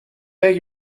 beg